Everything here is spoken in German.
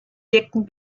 wirken